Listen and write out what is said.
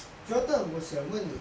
johnathan 我想问你